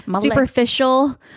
superficial